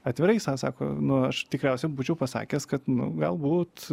atvirai sa sako nu aš tikriausia būčiau pasakęs kad nu galbūt